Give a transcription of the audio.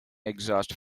exhaust